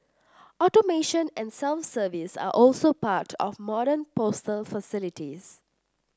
automation and self service are also part of modern postal facilities